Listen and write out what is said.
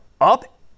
up